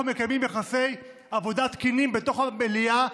מקיימים יחסי עבודה תקינים בתוך המליאה,